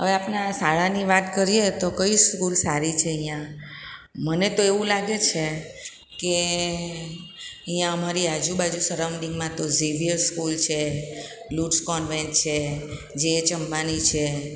હવે આપને આ શાળાની વાત કરીએ તો કઈ સ્કૂલ સારી છે અહીંયાં મને તો એવું લાગે છે કે અહીંયાં અમારી આજુબાજુ સરાઊંડીન્ગમાં તો ઝેવિયર સ્કૂલ છે લૂટસ કોનવેન્ટ છે જેએચ અંબાની છે